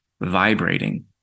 vibrating